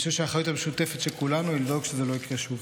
אני חושב שהאחריות המשותפת של כולנו היא לדאוג שזה לא יקרה שוב.